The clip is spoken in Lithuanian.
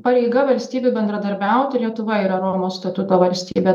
pareiga valstybei bendradarbiauti lietuva yra romos statuto valstybė